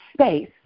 space